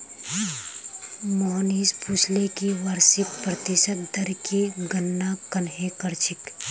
मोहनीश पूछले कि वार्षिक प्रतिशत दर की गणना कंहे करछेक